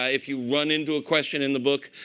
if you run into a question in the book,